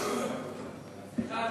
סליחה,